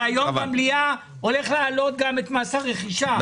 היום במליאה אתה הולך להעלות גם את מס הרכישה.